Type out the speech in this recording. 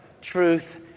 truth